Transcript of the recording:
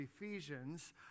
Ephesians